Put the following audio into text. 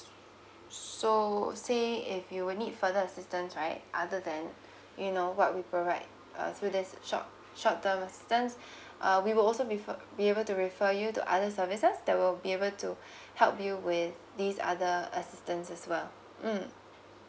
so say if you will need further assistance right other than you know what we provide uh so there's the short short term assistance uh we will also wi~ uh be able to refer you to other services that will be able to help you with this other assistance as well mm